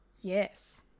yes